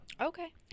Okay